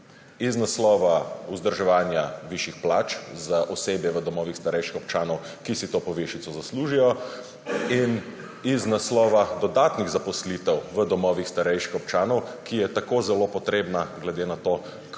iz naslova vzdrževanja višjih plač za osebje v domovih starejših občanov, ki si to povišico zaslužijo, in iz naslova dodatnih zaposlitev v domovih starejših občanov, ki je tako zelo potrebna, glede na to,